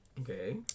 Okay